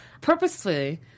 purposely